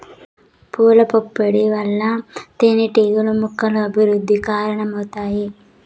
పూల పుప్పొడి వల్ల తేనెటీగలు మొక్కల అభివృద్ధికి కారణమవుతాయి